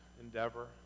endeavor